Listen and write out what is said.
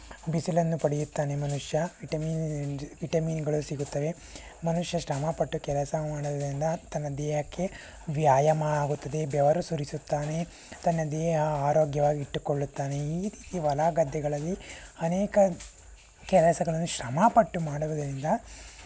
ಬಿಸಿಲನ್ನು ಪಡೆಯುತ್ತಾನೆ ಮನುಷ್ಯ ವಿಟಮಿನ್ ವಿಟಮಿನ್ಗಳು ಸಿಗುತ್ತವೆ ಮನುಷ್ಯ ಶ್ರಮ ಪಟ್ಟು ಕೆಲಸ ಮಾಡುವುದ್ರಿಂದ ತನ್ನ ದೇಹಕ್ಕೆ ವ್ಯಾಯಾಮ ಆಗುತ್ತದೆ ಬೆವರು ಸುರಿಸುತ್ತಾನೆ ತನ್ನ ದೇಹ ಆರೋಗ್ಯವಾಗಿ ಇಟ್ಟುಕೊಳ್ಳುತ್ತಾನೆ ಈ ರೀತಿ ಹೊಲ ಗದ್ದೆಗಳಲ್ಲಿ ಅನೇಕ ಕೆಲಸಗಳನ್ನು ಶ್ರಮಪಟ್ಟು ಮಾಡುವುದರಿಂದ